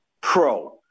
pro